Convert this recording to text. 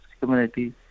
community